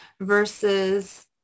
versus